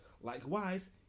Likewise